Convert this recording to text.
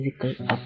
physical